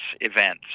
events